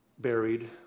buried